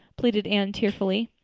pleaded anne tearfully.